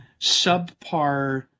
subpar –